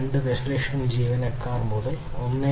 2 ദശലക്ഷം ജീവനക്കാർ മുതൽ 1